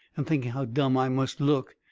and thinking how dumb i must look,